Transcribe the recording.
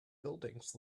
buildings